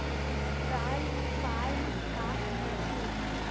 withdrawal form का होथेय